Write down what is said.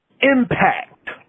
impact